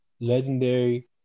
legendary